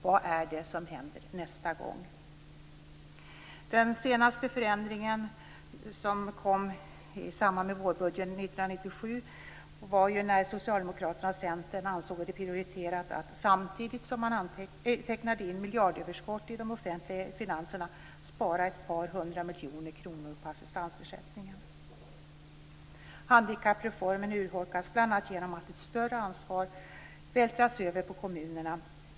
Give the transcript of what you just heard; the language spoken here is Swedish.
Vad händer nästa gång? Den senaste förändringen, som kom i samband med vårbudgeten 1997, var ju när Socialdemokraterna och Centern ansåg det prioriterat att, samtidigt som man tecknade in miljardöverskott i de offentliga finanserna, spara ett par hundra miljoner kronor på assistansersättningen. Handikappreformen urholkas bl.a. genom att ett större ansvar vältras över på kommunerna.